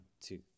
two